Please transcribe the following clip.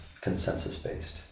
consensus-based